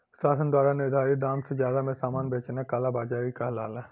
शासन द्वारा निर्धारित दाम से जादा में सामान बेचना कालाबाज़ारी कहलाला